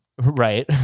right